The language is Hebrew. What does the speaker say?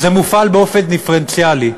זה מופעל באופן דיפרנציאלי.